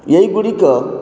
ଏଇଗୁଡ଼ିକ